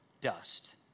dust